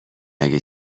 اگه